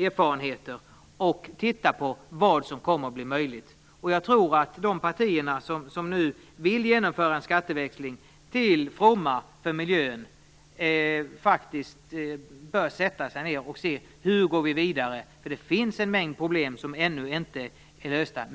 erfarenheter och titta på vad som kommer att bli möjligt. Jag tycker att de partier som nu vill genomföra en skatteväxling till fromma för miljön bör sätta sig ned och undersöka hur vi skall gå vidare. Det finns en mängd problem som ännu inte är lösta.